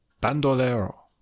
Bandolero